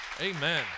amen